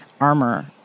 armor